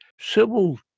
civil